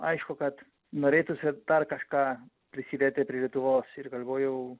aišku kad norėtųsi dar kažką prisidėti prie lietuvos ir galvojau